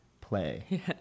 play